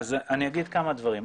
אני אגיד כמה דברים.